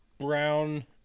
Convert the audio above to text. brown